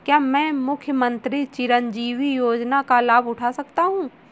क्या मैं मुख्यमंत्री चिरंजीवी योजना का लाभ उठा सकता हूं?